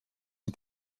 die